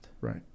Right